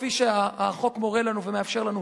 כפי שהחוק מורה לנו ומאפשר לנו,